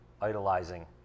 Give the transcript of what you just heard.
idolizing